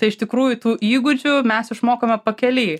tai iš tikrųjų tų įgūdžių mes išmokome pakely